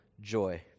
joy